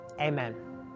Amen